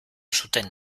zuten